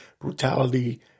brutality